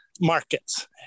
markets